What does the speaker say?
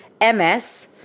MS